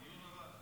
דיון בוועדה.